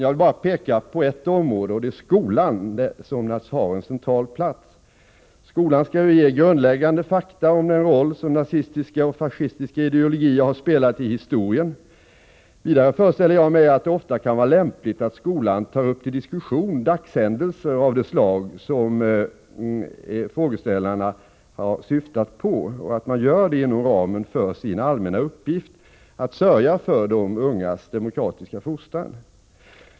Jag har pekat på ett område, och det är skolan som naturligtvis har en central roll. Skolan skall ju förmedla grundläggande fakta om den roll som nazistiska och fascistiska ideologier spelat i historien. Vidare föreställer jag mig att det ofta kan vara lämpligt att skolan tar upp till diskussion dagshändelser av det slag som frågeställarna syftar på och att det sker inom ramen för skolans allmänna upgift att sörja för de ungas demokratiska fostran.